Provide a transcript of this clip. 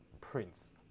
Prince